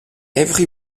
avery